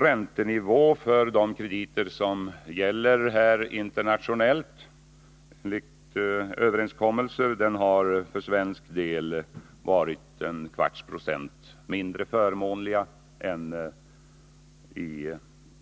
Räntenivån för krediter, som enligt överenskommelse gäller internationellt, har för svensk del varit 0,25 20 mindre förmånlig än